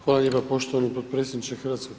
Hvala lijepa poštovani potpredsjedniče HS.